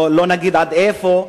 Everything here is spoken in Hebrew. לא אגיד עד איפה,